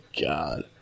God